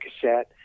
cassette